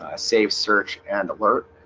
ah save search and alert